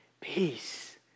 peace